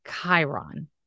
Chiron